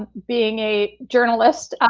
being a journalist,